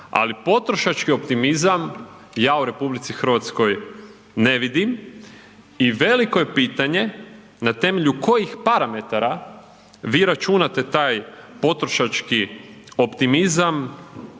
ali potrošački optimizam ja u RH ne vidim i veliko je pitanje na temelju kojih parametara vi računate taj potrošački optimizam